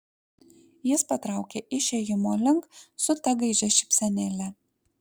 jis patraukė išėjimo link su ta gaižia šypsenėle